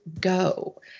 go